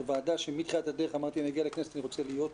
זו ועדה שמתחילת הדרך אמרתי אני אגיע לכנסת ואני רוצה להיות כאן,